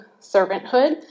servanthood